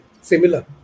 similar